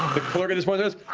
the clerk at this point goes,